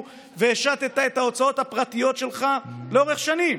והשַׁתָּ את ההוצאות הפרטיות שלך לאורך שנים,